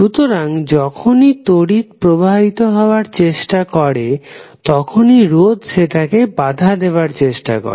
সুতরাং যখনই তড়িৎ প্রবাহিত হবার চেষ্টা করে তখনই রোধ সেটাকে বাধা দেবার চেষ্টা করে